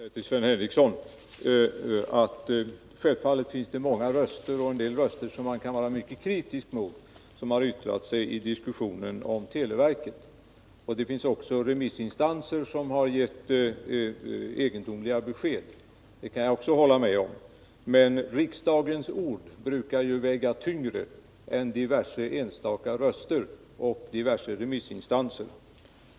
Herr talman! Jag vill säga till Sven Henricsson att självfallet finns det många röster, och en del röster som man kan vara mycket kritisk mot, som har yttrat sig i diskussionen om televerket. Det finns även remissinstanser som har gett egendomliga besked — det kan jag också hålla med om. Men riksdagens ord brukar ju väga tyngre än diverse enstaka röster och diverse remissinstanser.